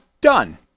done